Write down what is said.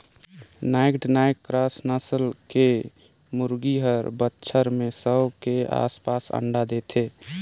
naked neck cross नसल के मुरगी हर बच्छर में सौ के आसपास अंडा देथे